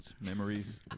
memories